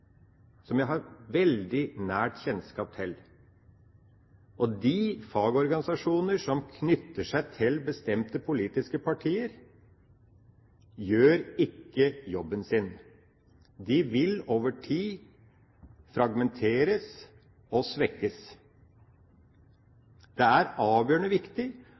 som jeg har veldig nært kjennskap til. De fagorganisasjoner som knytter seg til bestemte politiske partier, gjør ikke jobben sin. De vil over tid fragmenteres og svekkes. Det er avgjørende viktig